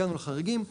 הגענו לחריגים.